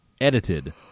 edited